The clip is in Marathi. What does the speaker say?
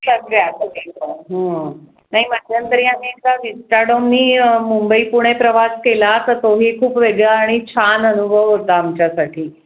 सगळ्या सगळ्या हां नाही म्हणजे मध्यंतरी आम्ही एकदा विस्टाडोमने मुंबई पुणे प्रवास केला तर तोही खूप वेगळा आणि छान अनुभव होता आमच्यासाठी